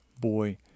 Boy